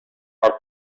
are